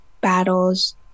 battles